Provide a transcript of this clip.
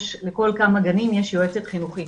יש לכל כמה גנים יועצת חינוכית,